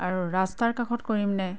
আৰু ৰাস্তাৰ কাষত কৰিমনে